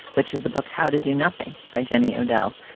which is the book how to do nothing by jenny odel,